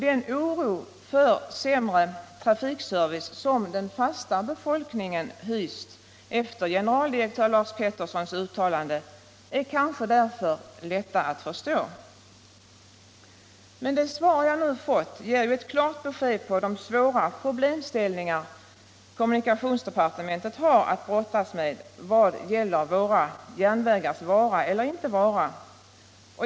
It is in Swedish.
Den oro för sämre trafikservice som den fasta befolkningen hyst efter generaldirektör Lars Petersons uttalande är därför lätt att förstå. Det svar jag nu fått ger ett klart besked om de svåra problem kommunikationsdepartementet har att brottas med när det gäller våra järnvägars vara eller icke vara.